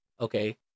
Okay